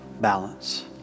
balance